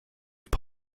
have